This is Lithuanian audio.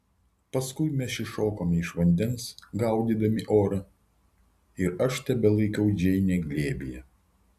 paskui mes iššokame iš vandens gaudydami orą ir aš tebelaikau džeinę glėbyje